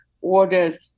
ordered